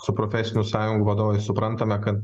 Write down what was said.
su profesinių sąjungų vadovais suprantame kad